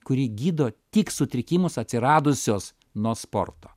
kuri gydo tik sutrikimus atsiradusios nuo sporto